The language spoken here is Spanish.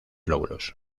lóbulos